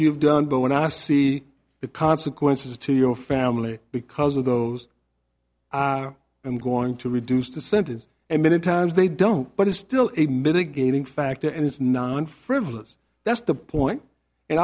you've done but when i see the consequences to your family because of those i'm going to reduce the sentence and many times they don't but it's still a mitigating factor and it's non frivolous that's the point and